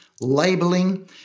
labeling